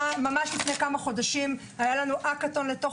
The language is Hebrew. ממש לפני כמה חודשים היה לנו אכ"אתון לתוך